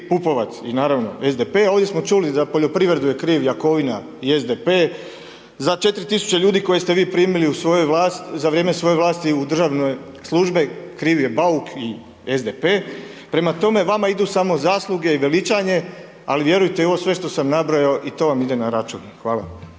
Pupovac i naravno SDP, ovdje smo čuli za poljoprivredu je kriv Jakovina i SDP, za 4.000 ljudi koje ste vi primili u svoju vlast, za vrijeme svoje vlasti u državne službe kriv je Bauk i SDP, prema tome vama idu samo zasluge i veličanje ali vjerujte i ovo sve što sam nabrojo i to vam ide na račun. Hvala.